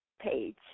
page